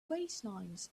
baselines